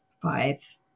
five